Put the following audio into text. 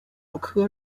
蓼科